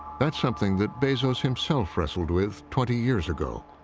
that's something that bezos himself wrestled with twenty years ago.